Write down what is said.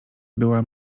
była